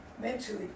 mentally